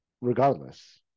regardless